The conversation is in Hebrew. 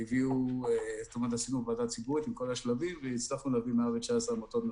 אני מתכבד להביא בפני ועדת הכספים אישורים לפי סעיף 46 לפקודת מס